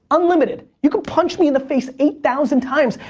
unlimited. you can punch me in the face eight thousand times.